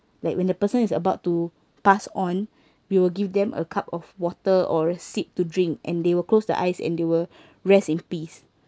like when the person is about to pass on we will give them a cup of water or a sip to drink and they will close their eyes and they will rest in peace